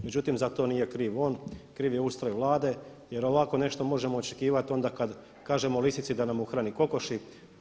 Međutim za to nije kriv on, kriv je ustroj Vlade jer ovako nešto možemo očekivati onda kada kažemo lisici da nam uhrani kokoši.